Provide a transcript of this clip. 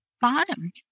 bottom